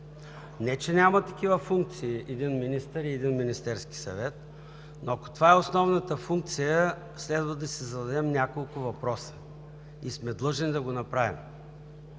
Не че няма такива функции един министър и един Министерски съвет, но ако това е основната функция, следва да си зададем няколко въпроса и сме длъжни да го направим.